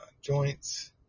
Joints